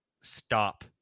stop